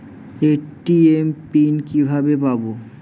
ATM pin কিভাবে পাবো?